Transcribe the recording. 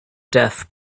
death